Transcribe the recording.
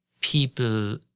people